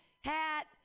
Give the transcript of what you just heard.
hat